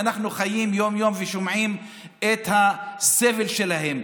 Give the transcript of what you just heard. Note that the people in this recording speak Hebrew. ואנחנו חיים יום-יום ושומעים את הסבל שלהן,